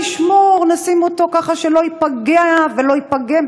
נשמור, נשים אותו כך שלא ייפגע ולא ייפגם.